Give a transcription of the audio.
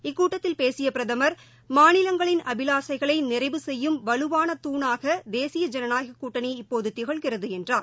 இக்கூட்டத்தில் பேசியபிரதம் மாநிலங்களின் அபிலாசைகளைநிறைவு செய்யும் வலுவான தூணாகதேசிய ஜனநாயகக் கூட்டணி இப்போதுதிகழ்கிறதுஎன்றார்